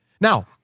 Now